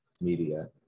media